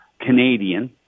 Canadian